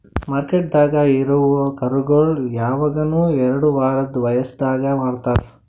ಮಾರ್ಕೆಟ್ದಾಗ್ ಇರವು ಕರುಗೋಳು ಯವಗನು ಎರಡು ವಾರದ್ ವಯಸದಾಗೆ ಮಾರ್ತಾರ್